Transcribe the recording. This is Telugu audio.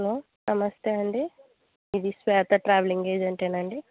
హలో నమస్తే అండి ఇది శ్వేతా ట్రావెలింగ్ ఏజెంటేనా అండి